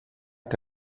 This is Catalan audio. que